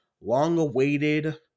long-awaited